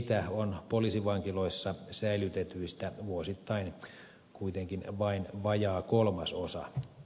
heitä on poliisivankiloissa säilytetyistä vuosittain kuitenkin vain vajaa kolmasosa